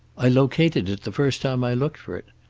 i located it the first time i looked for it.